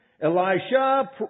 Elisha